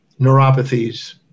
neuropathies